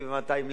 לגבעתיים,